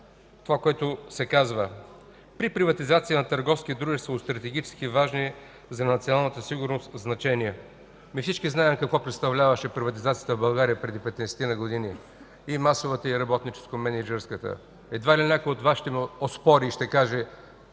това, което се казва: „При приватизация на търговски дружества от стратегически важни за националната сигурност...” – всички знаем какво представляваше приватизацията в България преди петнадесетина години, и масовата, и работно-мениджърската. Едва ли някой от Вас ще ме оспори и ще каже,